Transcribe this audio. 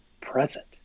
present